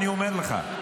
אני אומר לך,